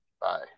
Bye